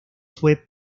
fue